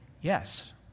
yes